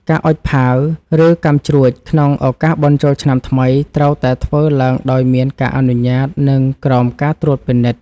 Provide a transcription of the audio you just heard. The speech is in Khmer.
ការអុជផាវ ឬកាំជ្រួចក្នុងឱកាសបុណ្យចូលឆ្នាំថ្មីត្រូវតែធ្វើឡើងដោយមានការអនុញ្ញាត និងក្រោមការត្រួតពិនិត្យ។